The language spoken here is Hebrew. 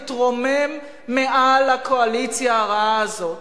תתרומם מעל הקואליציה הרעה הזאת.